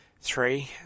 three